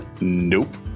Nope